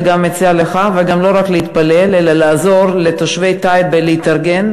ומציעה גם לך לא רק להתפלל אלא לעזור לתושבי טייבה להתארגן